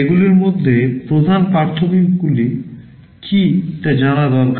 এইগুলির মধ্যে প্রধান পার্থক্যগুলি কী তা জানা দরকার